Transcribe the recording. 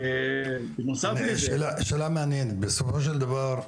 רגע, שאלה מעניינת, בסופו של דבר,